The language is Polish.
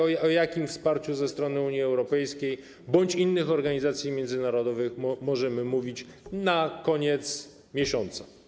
O jakim wsparciu ze strony Unii Europejskiej bądź innych organizacji międzynarodowych możemy mówić na koniec miesiąca?